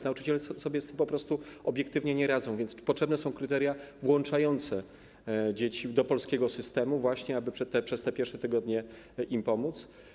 Nauczyciele sobie z tym po prostu obiektywnie nie radzą, więc potrzebne są kryteria włączające dzieci do polskiego systemu, właśnie aby przez te pierwsze tygodnie im pomóc.